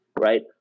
right